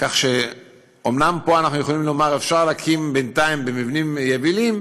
כך שאומנם פה אנחנו יכולים לומר: אפשר להקים בינתיים במבנים יבילים,